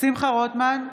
שמחה רוטמן,